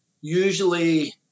usually